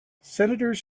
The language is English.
senators